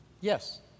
Yes